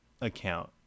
account